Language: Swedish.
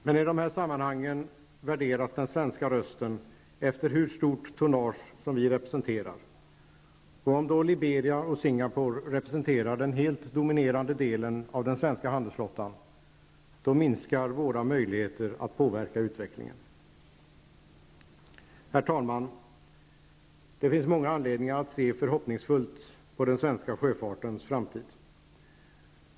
Men i dessa sammanhang värderas den svenska rösten efter hur stort tonnage som vi representerar, och om då Liberia och Singapore representerar den helt dominerande delen av den svenska handelsflottan minskar våra möjligheter att påverka utvecklingen. Herr talman! Det finns många anledningar att se förhoppningsfullt på den svenska sjöfartens framtid.